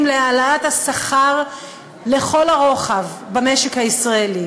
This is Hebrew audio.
להעלאת השכר לכל הרוחב במשק הישראלי.